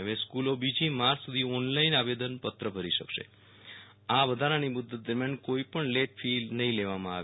હવે સ્ક્રુલો બીજી માર્ચ સુધી ઓનલાઈન આવેદન ભરી શકશે આ વધારાની મુદત દરમ્યાન કોઈપણ લેટ ફી નફી લેવામાં આવે